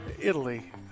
italy